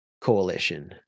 coalition